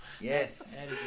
yes